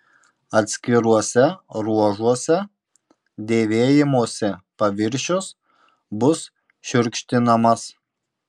atskiruose ruožuose dėvėjimosi paviršius bus šiurkštinamas